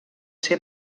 ser